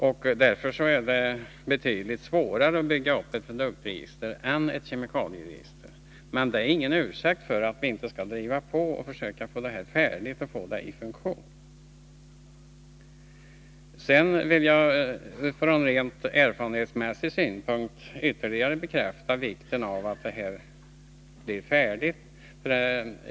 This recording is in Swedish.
Därför är det betydligt svårare att bygga upp ett produktregister än att bygga upp ett kemikalieregister. Men det är ingen ursäkt för att inte driva på och försöka få det färdigt och i funktion. Från rent erfarenhetsmässig synpunkt vill jag ytterligare bekräfta vikten av att registret blir färdigt.